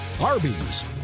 Arby's